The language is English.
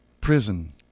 Prison